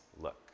look